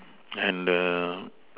and